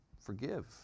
forgive